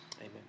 Amen